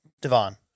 Devon